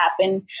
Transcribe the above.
happen